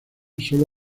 sólo